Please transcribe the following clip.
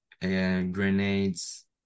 grenades